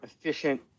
efficient